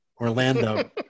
Orlando